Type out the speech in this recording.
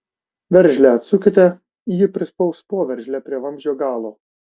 veržlę atsukite ji prispaus poveržlę prie vamzdžio galo